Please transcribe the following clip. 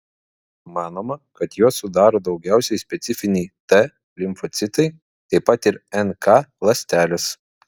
manoma kad juos sudaro daugiausiai specifiniai t limfocitai taip pat ir nk ląstelės